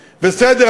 עדיפויות,